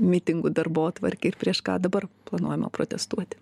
mitingų darbotvarkė ir prieš ką dabar planuojama protestuoti